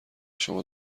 شما